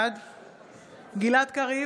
בעד גלעד קריב,